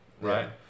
right